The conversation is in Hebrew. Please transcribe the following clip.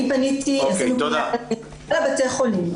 אני פניתי אפילו לכל בתי החולים.